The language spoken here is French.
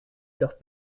leurs